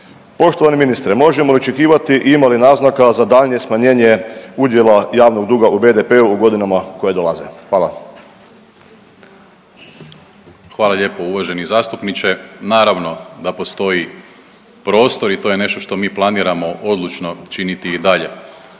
Poštovani ministre možemo li očekivati i ima li naznaka za daljnje smanjenje udjela javnog duga u BDP-u u godinama koje dolaze? Hvala. **Primorac, Marko** Hvala lijepo uvaženi zastupniče. Naravno da postoji prostor i to je nešto što mi planiramo odlučno činiti i dalje.